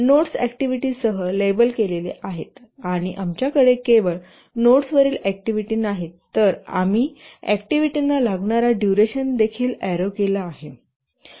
nodes अॅक्टिव्हिटीसह label केलेले आहेत आणि आमच्याकडे केवळ नोड्सवरील ऍक्टिव्हिटी नाहीत तर आम्ही अॅक्टिव्हिटीना लागणारा डुरेशन देखील एरो केला आहे